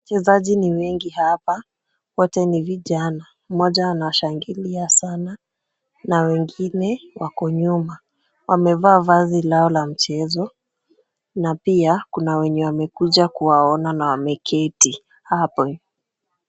Wazazi ni wengi hapa ,wote ni vijana ,mmoja anashangilia sana na wengine wako nyuma ,amevaa vazi lao la mchezo, na pia kuna wenye wamekuja kuwaona na wameketi hapo .